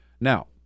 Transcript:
Now